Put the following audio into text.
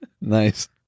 Nice